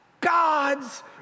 God's